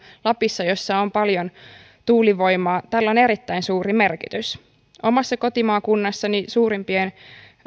lapissa jossa on paljon tuulivoimaa tällä on erittäin suuri merkitys omassa kotimaakunnassani suurimpien